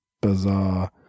bizarre